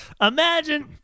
imagine